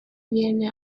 viene